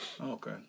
Okay